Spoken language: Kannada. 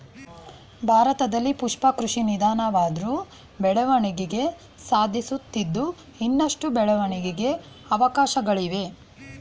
ಭಾರತದಲ್ಲಿ ಪುಷ್ಪ ಕೃಷಿ ನಿಧಾನವಾದ್ರು ಬೆಳವಣಿಗೆ ಸಾಧಿಸುತ್ತಿದ್ದು ಇನ್ನಷ್ಟು ಬೆಳವಣಿಗೆಗೆ ಅವಕಾಶ್ಗಳಿವೆ